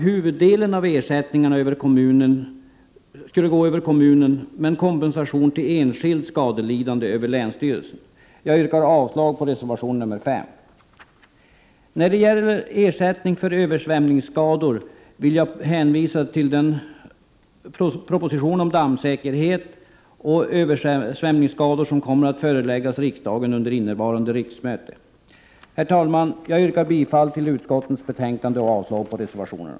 Huvuddelen av ersättningarna skulle gå över kommunen, men kompensation till enskilda skadelidande skulle gå över länsstyrelsen. Jag yrkar avslag på reservation nr 5. När det gäller ersättning för översvämningsskador hänvisar jag till den proposition om dammsäkerhet och översvämningsskador som kommer att föreläggas riksdagen under innevarande riksmöte. Herr talman! Jag yrkar bifall till utskottets hemställan och avslag på reservationerna.